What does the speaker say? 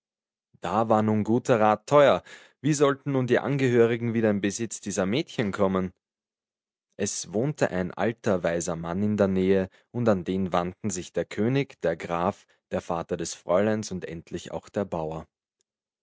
da war nun guter rat teuer wie sollten nun die angehörigen wieder in besitz dieser mädchen kommen es wohnte ein alter weiser mann in der nähe und an den wandten sich der könig der graf der vater des fräuleins und endlich auch der bauer